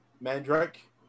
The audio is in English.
Mandrake